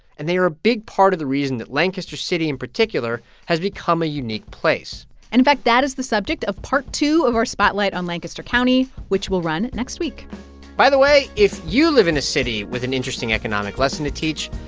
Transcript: and they are a big part of the reason that lancaster city in particular has become a unique place and in fact, that is the subject of part two of our spotlight on lancaster county, which will run next week by the way, if you live in a city with an interesting economic lesson to teach,